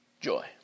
joy